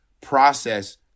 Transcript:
process